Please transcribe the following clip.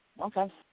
okay